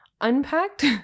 unpacked